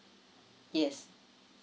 yes